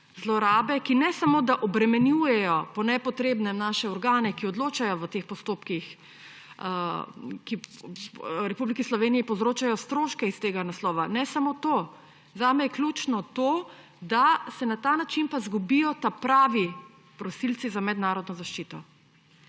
zlorabe, ki ne samo da obremenjujejo po nepotrebnem naše organe, ki odločajo v teh postopkih, ki Republiki Sloveniji povzročajo stroške s tega naslova, ne samo to; zame je ključno to, da se na ta način pa izgubijo pravi prosilci za mednarodno zaščito